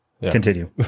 Continue